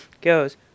goes